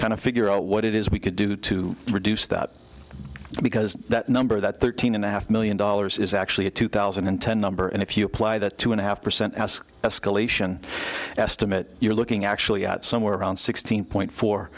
kind of figure out what it is we could do to reduce that because that number that thirteen and a half million dollars is actually a two thousand and ten number and if you apply that two and a half percent as escalation estimate you're looking actually at somewhere around sixteen point four